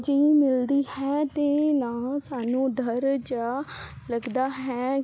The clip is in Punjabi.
ਜੀ ਮਿਲਦੀ ਹੈ ਤੇ ਨਾ ਸਾਨੂੰ ਡਰ ਜਿਹਾ ਲੱਗਦਾ ਹੈ